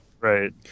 Right